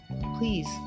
please